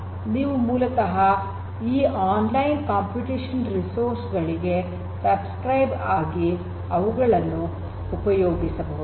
ನೀವು ಮೂಲತಃ ಈ ಆನ್ಲೈನ್ ಕಂಪ್ಯೂಟೇಷನಲ್ ರಿಸೋರ್ಸ್ ಗಳಿಗೆ ಚಂದಾದಾರರಾಗಿ ಅವುಗಳನ್ನು ಉಪಯೋಗಿಸಬಹುದು